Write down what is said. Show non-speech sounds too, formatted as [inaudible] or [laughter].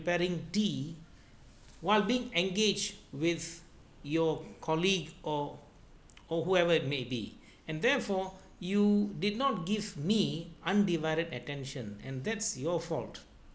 preparing tea while being engaged with your colleague or [noise] or whoever it may be [breath] and therefore you did not give me undivided attention and that's your fault